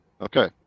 Okay